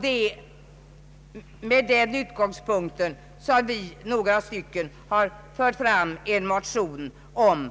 Det är med den utgångspunkten som vi har fört fram en motion om